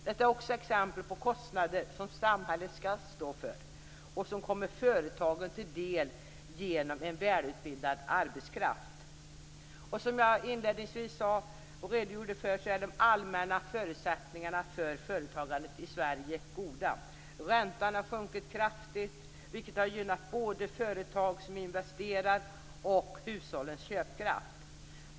Detta är också exempel på kostnader som samhället skall stå för och som kommer företagen till del genom en välutbildad arbetskraft. Som jag inledningsvis redogjorde för är de allmänna förutsättningarna för företagandet i Sverige goda. Räntan har sjunkit kraftigt, vilket har gynnat både företag som investerar och hushållens köpkraft.